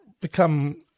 become